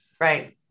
right